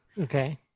Okay